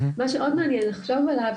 מה שעוד מעניין לחשוב עליו,